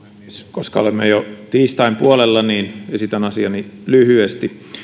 koska olemme jo tiistain puolella esitän asiani lyhyesti